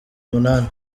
umunani